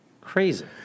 Crazy